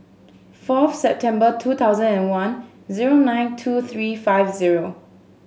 fourth September two thousand and one zero nine two three five zero